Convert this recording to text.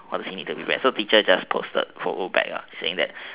what does he need to prepare so teacher just follow back saying that